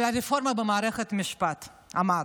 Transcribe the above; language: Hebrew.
על הרפורמה במערכת משפט הוא אמר: